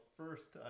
first